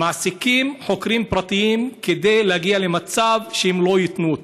מעסיקות חוקרים פרטיים כדי להגיע למצב שהם לא ייתנו להם.